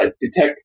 detect